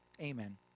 Amen